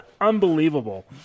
Unbelievable